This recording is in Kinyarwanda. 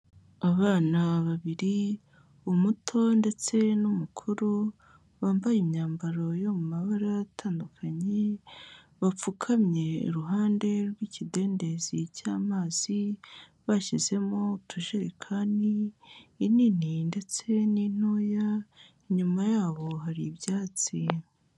Abana babiri, umuto ndetse n'umukuru bambaye imyambaro yo mu mabara atandukanye, bapfukamye iruhande rw'ikidendezi cy'amazi, bashyizemo utujerekani, inini ndetse n'intoya, inyuma yabo hari ibyatsi.